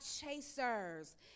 chasers